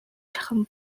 шахам